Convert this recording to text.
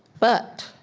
but,